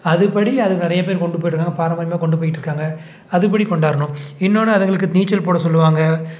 அதுபடி அது நிறைய பேர் கொண்டு போய்ட்ருக்காங்க பரம்பரியமாக கொண்டு போய்ட்ருக்காங்க அதுபடி கொண்டாரணும் இன்னொன்று அதுங்களுக்கு நீச்சல் போட சொல்வாங்க